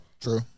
True